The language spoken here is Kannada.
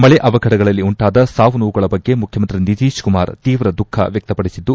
ಮಳೆ ಅವಘಢಗಳಲ್ಲಿ ಉಂಟಾದ ಸಾವು ನೋವುಗಳ ಬಗ್ಗೆ ಮುಖ್ಯಮಂತ್ರಿ ನಿತೀಶ್ ಕುಮಾರ್ ತೀವ್ರ ದುಃಖ ವ್ಯಕ್ತಪಡಿಸಿದ್ದು